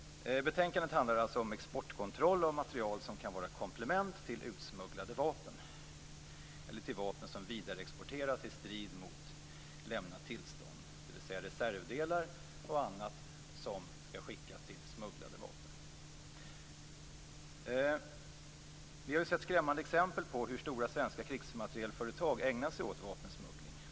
Betänkandet handlar alltså om exportkontroll av materiel som kan vara komplement till utsmugglade vapen - eller till vapen som exporteras vidare i strid mot lämnat tillstånd. Det handlar alltså om reservdelar och annat som skall skickas till smugglade vapen. Vi har ju sett skrämmande exempel på hur stora svenska krigsmaterielföretag ägnar sig åt vapensmuggling.